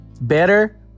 better